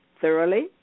thoroughly